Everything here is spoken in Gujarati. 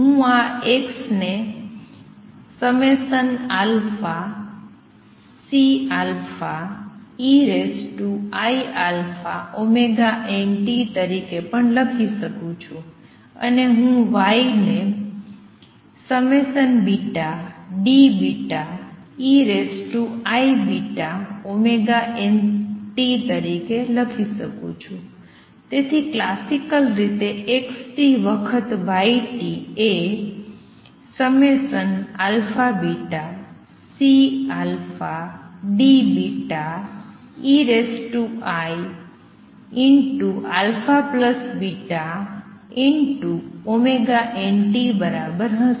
હું આ x ને Ceiαωnt તરીકે પણ લખી શકું છું અને હું y ને Deiβωnt તરીકે લખી શકું છું અને તેથી ક્લાસિકલ રીતે x વખત y એ αβCDeiαβωnt બરાબર હશે